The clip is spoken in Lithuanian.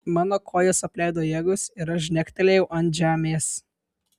mano kojas apleido jėgos ir aš žnegtelėjau ant žemės